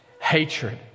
hatred